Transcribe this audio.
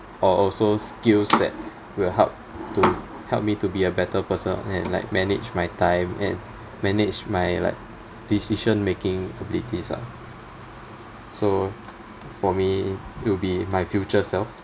or also skills that will help to help me to be a better person and like manage my time and manage my like decision making abilities ah so for me it'll be my future self